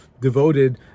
devoted